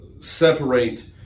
separate